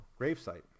gravesite